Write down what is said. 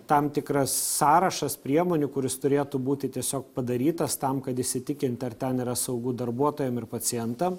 tam tikras sąrašas priemonių kuris turėtų būti tiesiog padarytas tam kad įsitikinti ar ten yra saugu darbuotojam ir pacientam